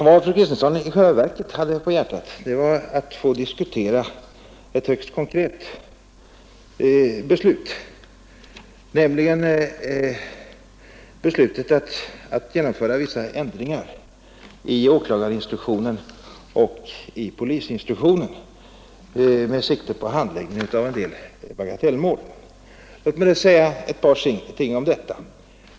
Vad fru Kristensson i själva verket hade på hjärtat var emellertid att få diskutera ett högst konkret beslut, nämligen beslutet att genomföra vissa ändringar i åklagarinstruktionen och polisinstruktionen med sikte på handläggandet av en del bagatellmål. Låt mig säga ett par ting om detta.